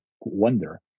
wonder